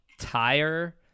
tire